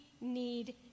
need